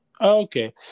Okay